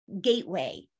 gateway